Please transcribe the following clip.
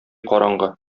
караңгы